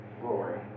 glory